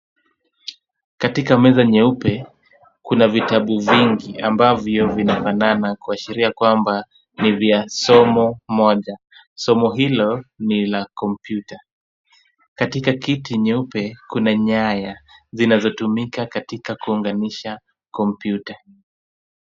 Katika meza nyeupe, kuna vitabu vingi ambavyo vinafanana kuashiria kwamba ni vya somo moja. Somo hilo ni la kompyuta. Katika kiti nyeupe, kuna nyaya zinazotumika katika kuunganisha kompyuta.